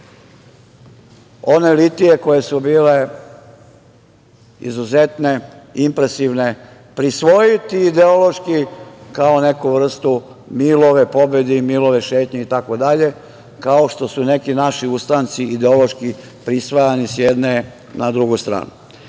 one litije koje su bile izuzetne, impresivne, prisvojiti ideološki kao neku vrstu Milove pobede i Milove šetnje itd, kao što su neki naši ustanci ideološki prisvajani s jedne na drugu stranu. Danas